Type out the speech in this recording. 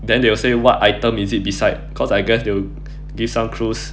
then they will say what item is it beside cause I guess they will give some clues